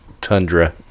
tundra